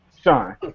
Sean